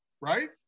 Right